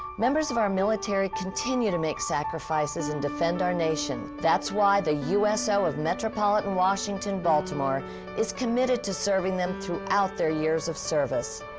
members of our military continue to make sacrifices and defend our nation. that's why the uso so of metropolitan washington-baltimore is committed to serving them throughout their years of service.